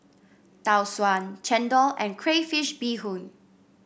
Tau Suan chendol and Crayfish Beehoon